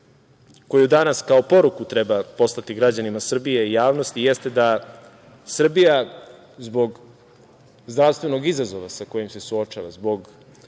koju danas kao poruku treba poslati građanima Srbije i javnosti jeste da Srbija zbog zdravstvenog izazova sa kojim se suočava, zbog